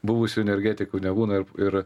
buvusių energetikų nebūna ir ir